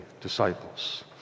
disciples